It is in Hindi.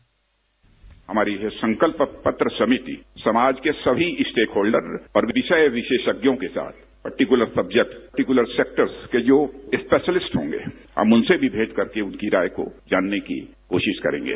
बाइट हमारी ये संकल्प पत्र समिति समाज के सभी स्टेक होल्डर्स और विषय विशेषज्ञों के साथ पर्टिकुलर सब्जेक्ट सतए पर्टिकुलर सेक्टहर्स के जो स्पेशलिस्ट होंगे हम उनसे भी भेंट करके उनकी राय को जानने की कोशिश करेंगे